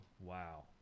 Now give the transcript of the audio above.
Wow